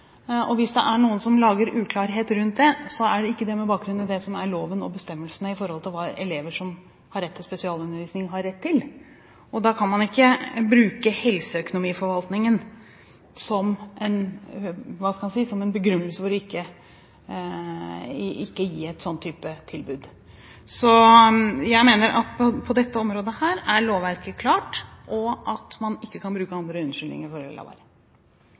noen som lager uklarhet rundt det, er det ikke med bakgrunn i loven og bestemmelsene når det gjelder hva elever som har rett til spesialundervisning, har rett til. Da kan man ikke bruke Helseøkonomiforvaltningen som en begrunnelse for ikke å gi en sånn type tilbud. Jeg mener at lovverket er klart på dette området, og at man ikke kan bruke andre unnskyldninger for å la være.